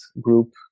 group